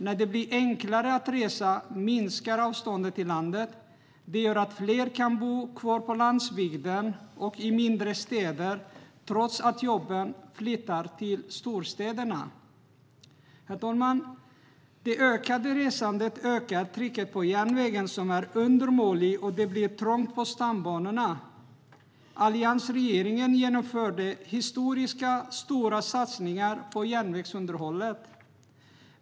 När det blir enklare att resa minskar avstånden i landet. Det gör att fler kan bo kvar på landsbygden och i mindre städer, trots att jobben flyttar till storstäderna. Herr talman! Det ökande resandet ökar trycket på järnvägen, som är undermålig, och det blir trångt på stambanorna. Alliansregeringen genomförde historiskt stora satsningar på järnvägsunderhållet.